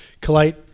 collate